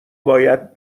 باید